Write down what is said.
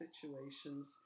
situations